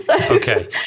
Okay